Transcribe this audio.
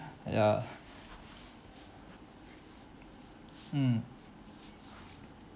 yeah mm